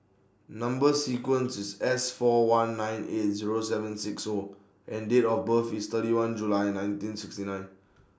Number sequence IS S four one nine eight Zero seven six O and Date of birth IS thirty one July nineteen sixty nine